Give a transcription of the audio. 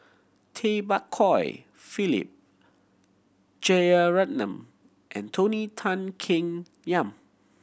Tay Bak Koi Philip Jeyaretnam and Tony Tan Keng Yam